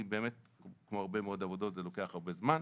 באמת כמו הרבה מאוד עבודות זה לוקח הרבה זמן,